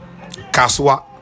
Kaswa